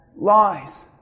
Lies